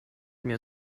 mir